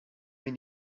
min